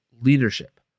leadership